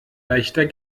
leichter